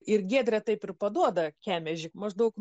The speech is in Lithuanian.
ir giedrė taip ir paduoda kemežį maždaug